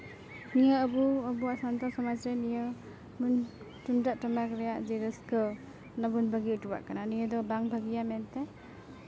ᱱᱤᱭᱟᱹ ᱟᱹᱵᱩ ᱟᱵᱚᱣᱟᱜ ᱥᱟᱱᱛᱟᱲ ᱥᱚᱢᱟᱡᱽ ᱨᱮ ᱱᱤᱭᱟᱹᱵᱚᱱ ᱛᱩᱢᱫᱟᱹᱜ ᱴᱟᱢᱟᱠ ᱨᱮᱭᱟᱜ ᱡᱮ ᱨᱟᱹᱥᱠᱟᱹ ᱚᱱᱟ ᱵᱚᱱ ᱵᱟᱹᱜᱤ ᱦᱚᱴᱚ ᱟᱜ ᱠᱟᱱᱟ ᱱᱤᱭᱹ ᱫᱚ ᱵᱟᱝ ᱵᱷᱟᱹᱜᱤᱭᱟ ᱢᱮᱱᱛᱮ